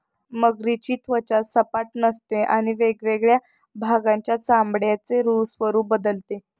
मगरीची त्वचा सपाट नसते आणि वेगवेगळ्या भागांच्या चामड्याचे स्वरूप बदलते